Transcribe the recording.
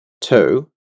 Two